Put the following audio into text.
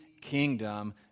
kingdom